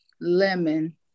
Lemon